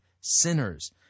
sinners